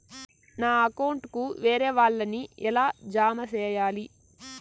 నా అకౌంట్ కు వేరే వాళ్ళ ని ఎలా జామ సేయాలి?